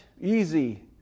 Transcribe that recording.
Easy